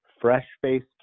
fresh-faced